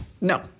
no